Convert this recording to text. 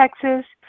Texas